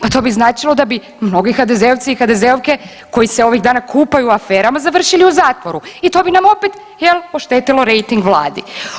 Pa to bi značilo da bi mnogi HDZ-ovci i HDZ-ovke koji se ovih dana kupaju u aferama završili u zatvoru i to bi nam opet oštetilo rejting Vladi.